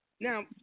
now